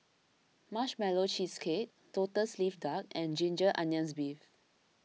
Marshmallow Cheesecake Lotus Leaf Duck and Ginger Onions Beef